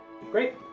Great